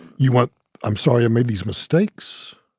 you want i'm sorry i made these mistakes.